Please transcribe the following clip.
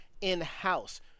in-house